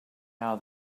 how